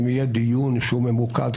אם יהיה דיון ממוקד,